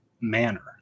manner